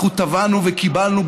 אנחנו תבענו וקיבלנו,